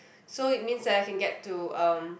so it means that I can get to um